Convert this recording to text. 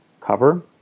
cover